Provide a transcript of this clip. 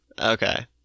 Okay